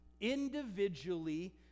individually